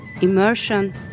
immersion